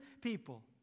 people